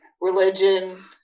religion